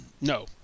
no